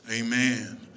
amen